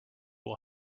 will